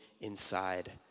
inside